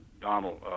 Donald